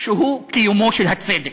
שהוא קיומו של הצדק.